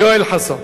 יואל חסון,